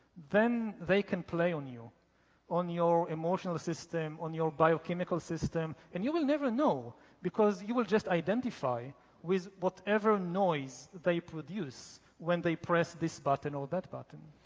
then they can play on you on your emotional system, on your biochemical system and you will never know because you will just identify with whatever noise they produce when they press this button or that button.